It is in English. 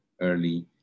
early